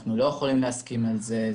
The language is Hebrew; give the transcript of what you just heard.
אנחנו לא יכולים להסכים לזה.